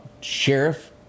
sheriff